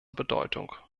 bedeutung